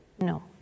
no